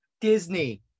Disney